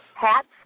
Hats